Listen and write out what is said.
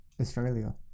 Australia